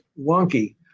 wonky